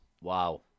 Wow